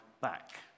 back